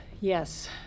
yes